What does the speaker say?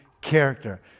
character